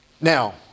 Now